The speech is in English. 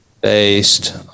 based